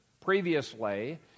previously